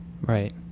Right